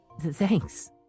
thanks